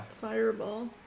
Fireball